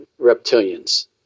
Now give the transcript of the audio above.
reptilians